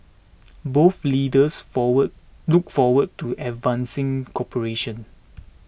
both leaders forward look forward to advancing cooperation